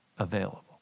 Available